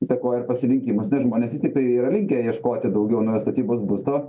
įtakoja ir pasirinkimas nes žmonės vis tiek tai yra linkę ieškoti daugiau naujos statybos būsto